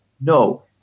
No